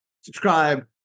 subscribe